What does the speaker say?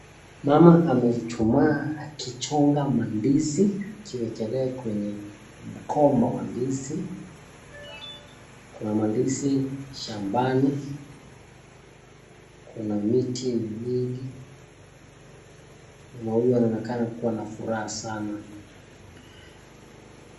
Mama amechuchumaa akichonga mandizi, akiwekelea kwenye mgomba wa ndizi. Kuna mandizi shambani. Kuna miti miwili na mama huyu anaonekana kuwa ana furaha sana.